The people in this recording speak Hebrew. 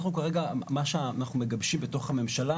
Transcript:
אנחנו כרגע מה שאנחנו מגבשים בתוך הממשלה